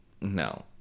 no